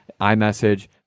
iMessage